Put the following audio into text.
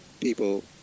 people